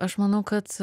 aš manau kad